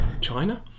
China